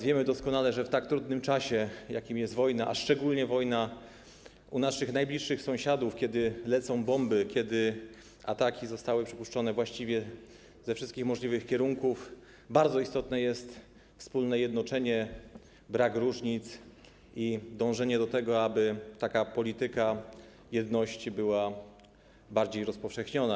Wiemy doskonale, że w tak trudnym czasie, jakim jest wojna, a szczególnie wojna u naszych najbliższych sąsiadów, kiedy lecą bomby, kiedy to ataki zostały przypuszczone właściwie ze wszystkich możliwych kierunków, bardzo istotne jest wspólne jednoczenie, brak różnic i dążenie do tego, aby taka polityka jedności była bardziej rozpowszechniona.